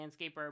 landscaper